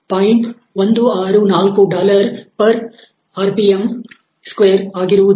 164 per rpm square ಆಗಿರುವುದು